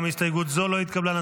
גם הסתייגות זאת לא התקבלה.